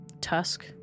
tusk